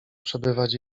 przebywać